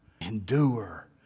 Endure